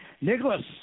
Nicholas